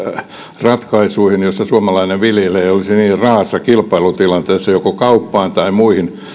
tuoteratkaisuihin joissa suomalainen viljelijä ei olisi niin raaassa kilpailutilanteessa joko kauppaan tai muiden